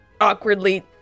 awkwardly